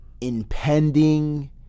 impending